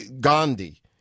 Gandhi